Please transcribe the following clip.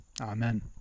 Amen